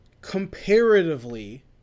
Comparatively